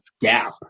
gap